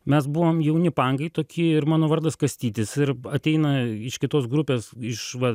mes buvom jauni pankai toki ir mano vardas kastytis ir ateina iš kitos grupės iš va